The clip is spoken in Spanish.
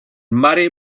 mare